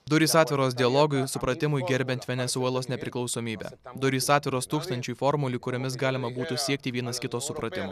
durys atviros dialogui supratimui gerbiant venesuelos nepriklausomybę durys atviros tūkstančiui formulių kuriomis galima būtų siekti vienas kito supratimo